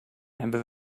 hebben